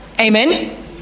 amen